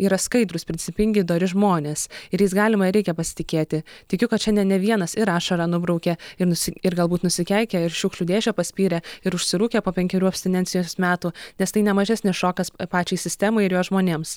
yra skaidrūs principingi dori žmonės ir jais galima ir reikia pasitikėti tikiu kad šiandien ne vienas ir ašarą nubraukė ir nusi ir galbūt nusikeikė ir šiukšlių dėžę paspyrė ir užsirūkė po penkerių abstinencijos metų nes tai ne mažesnis šokas pačiai sistemai ir jos žmonėms